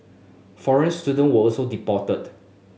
foreign student were also deported